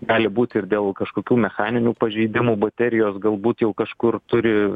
gali būti ir dėl kažkokių mechaninių pažeidimų baterijos galbūt jau kažkur turi